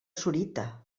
sorita